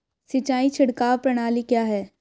सिंचाई छिड़काव प्रणाली क्या है?